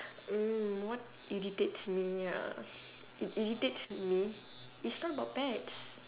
mm what irritates me uh it irritates me it's not about pets